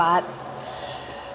but